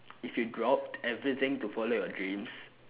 if you dropped everything to follow your dreams